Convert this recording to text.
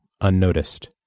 unnoticed